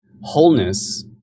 wholeness